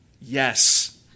Yes